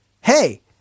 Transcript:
Hey